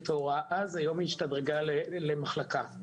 היום השתדרגה למחלקה.